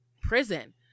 prison